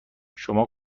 شما